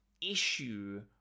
issue